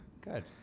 Good